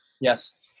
yes